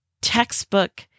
textbook